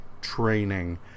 training